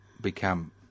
become